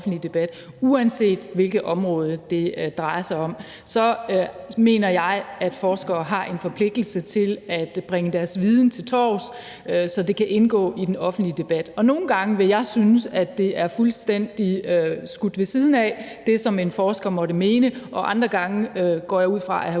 Uanset hvilket område det drejer sig om, mener jeg, at forskere har en forpligtelse til at bringe deres viden til torvs, så det kan indgå i den offentlige debat. Og nogle gange vil jeg synes, at det er fuldstændig skudt ved siden, hvad en forsker måtte mene, og andre gange kunne man